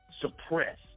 suppress